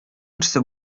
берсе